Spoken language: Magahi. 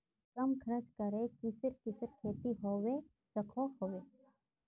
कम खर्च करे किसेर किसेर खेती होबे सकोहो होबे?